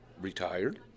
retired